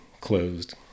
closed